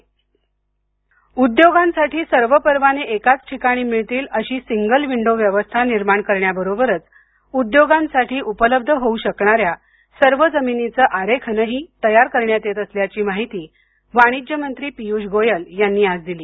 गोयल उद्योगांसाठी सर्व परवाने एकाच ठिकाणी मिळतील अशी सिंगल विंडो व्यवस्था निर्माण करण्याबरोबरच उद्योगांसाठी उपलब्ध होऊ शकणाऱ्या सर्व जमिनीचं आरेखनही तयार करण्यात येत असल्याची माहिती वाणिज्य मंत्री पियुष गोयल यांनी आज दिली